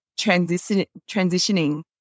transitioning